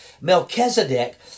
Melchizedek